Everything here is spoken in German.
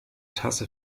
tasse